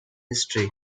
history